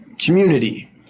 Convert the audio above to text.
community